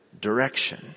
direction